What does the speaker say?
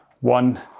one